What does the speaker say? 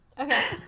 okay